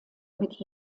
mit